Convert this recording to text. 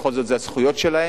אלה בכל זאת הזכויות שלהם,